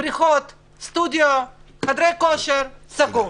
בריכות, סטודיו, חדרי כושר, סגורים.